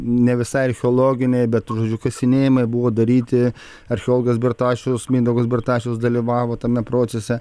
ne visai archeologiniai bet kasinėjimai buvo daryti archeologas bertašiaus mindaugas bartašius dalyvavo tame procese